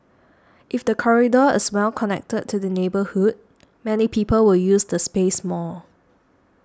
if the corridor is well connected to the neighbourhood many people will use the space more